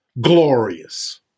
glorious